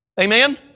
Amen